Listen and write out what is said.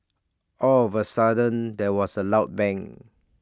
all of A sudden there was A loud bang